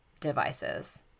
devices